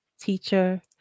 teacher